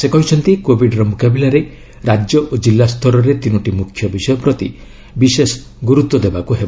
ସେ କହିଛନ୍ତି କୋଭିଡ୍ର ମୁକାବିଲାରେ ରାଜ୍ୟ ଓ ଜିଲ୍ଲା ସ୍ତରରେ ତିନୋଟି ମୁଖ୍ୟ ବିଷୟ ପ୍ରତି ବିଶେଷ ଗୁରୁତ୍ୱ ଦେବାକୁ ହେବ